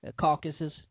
caucuses